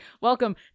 Welcome